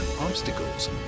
obstacles